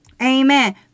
Amen